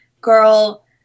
girl